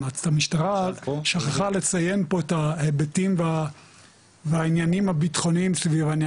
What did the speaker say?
המשטרה שכחה לציין את ההיבטים והעניינים הביטחוניים סביב העניין הזה.